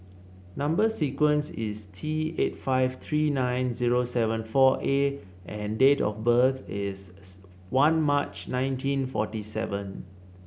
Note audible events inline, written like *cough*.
number sequence is T eight five three nine zero seven four A and date of birth is *unintelligible* one March nineteen forty seven